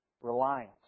reliance